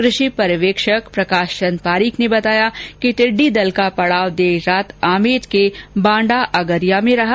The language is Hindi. कृषि पर्यवेक्षक प्रकाश चंद पारीक ने बताया कि टिड़डी दल का पड़ाव देर रात आमेट के बांडा आगरिया में रहा